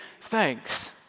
thanks